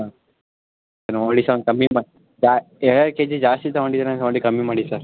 ಹಾಂ ನೋಡಿ ಸರ್ ಕಮ್ಮಿ ಮಾಡಿ ಎರಡು ಕೆಜಿ ಜಾಸ್ತಿ ತಗೊಂಡಿದ್ದೀನಿ ನೋಡಿ ಕಮ್ಮಿ ಮಾಡಿ ಸರ್